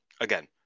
Again